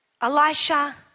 Elisha